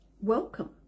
Welcome